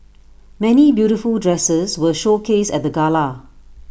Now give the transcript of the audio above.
many beautiful dresses were showcased at the gala